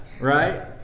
right